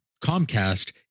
Comcast